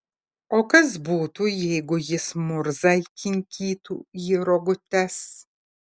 o kas būtų jeigu jis murzą įkinkytų į rogutes